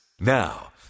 Now